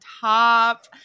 top